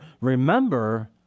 Remember